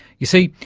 you see,